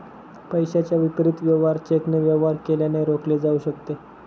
पैशाच्या विपरीत वेवहार चेकने वेवहार केल्याने रोखले जाऊ शकते